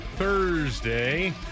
Thursday